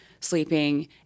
sleeping